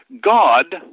God